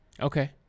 Okay